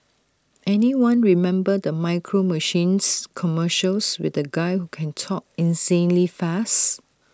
anyone remember the micro machines commercials with the guy who can talk insanely fast